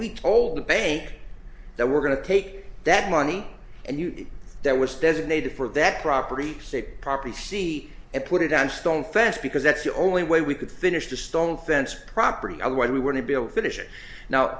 we told the bank that we're going to take that money and use that was designated for that property sic property c and put it on stone fence because that's the only way we could finish the stone fence property otherwise we wouldn't be able to finish it now